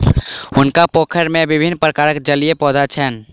हुनकर पोखैर में विभिन्न प्रकारक जलीय पौधा छैन